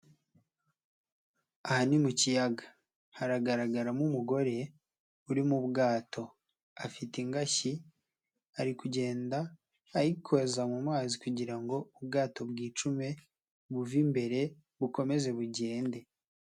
Aha ni mu kiyaga, haragaragaramo umugore uri mu bwato, afite ingashyi, ari kugenda ayikoza mu mazi kugira ngo ubwato bwicume, buve imbere, bukomeze bugende.